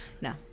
No